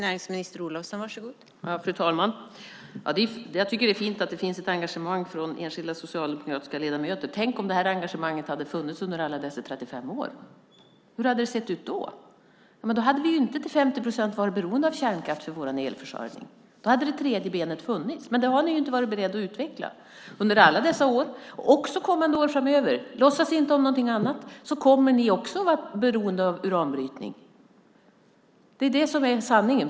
Fru talman! Jag tycker att det är fint att det finns ett engagemang från enskilda socialdemokratiska ledamöter. Tänk om det här engagemanget hade funnits under alla dessa 35 år! Hur hade det sett ut då? Då hade vi inte till 50 procent varit beroende av kärnkraft för vår elförsörjning. Då hade det tredje benet funnits. Men det har ni ju inte varit beredda att utveckla under alla dessa år. Också under kommande år framöver - låtsas inte om någonting annat - kommer ni också att vara beroende av uranbrytning. Det är det som är sanningen.